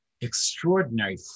extraordinary